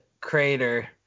Crater